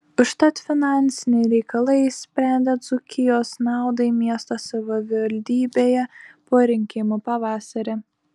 užtat finansiniai reikalai išsprendė dzūkijos naudai miesto savivaldybėje po rinkimų pavasarį